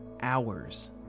hours